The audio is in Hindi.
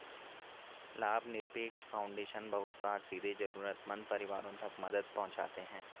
लाभनिरपेक्ष फाउन्डेशन बहुत बार सीधे जरूरतमन्द परिवारों तक मदद पहुंचाते हैं